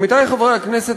עמיתי חברי הכנסת,